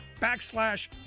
backslash